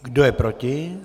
Kdo je proti?